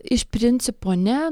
iš principo ne